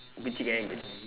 gucci gang